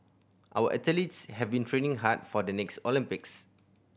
our athletes have been training hard for the next Olympics